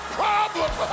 problem